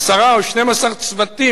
עשרה או 12 צוותים